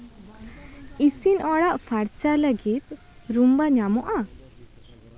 ᱤᱥᱤᱱ ᱚᱲᱟᱜ ᱯᱷᱟᱨᱪᱟ ᱞᱟᱹᱜᱤᱫ ᱨᱩᱢᱵᱟ ᱧᱟᱢᱚᱜᱼᱟ